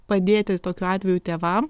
padėti tokiu atveju tėvam